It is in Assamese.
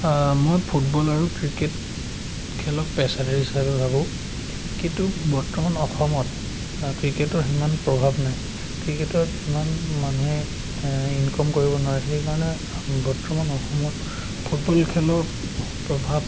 মই ফুটবল আৰু ক্ৰিকেট খেলক পেছাদাৰী হিচাপে ভাবোঁ কিন্তু বৰ্তমান অসমত ক্ৰিকেটৰ সিমান প্ৰভাৱ নাই ক্ৰিকেটত ইমান মানুহে ইনকম কৰিব নোৱাৰে সেইকাৰণে বৰ্তমান অসমত ফুটবল খেলৰ প্ৰভাৱ